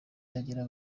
ndagira